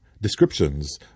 descriptions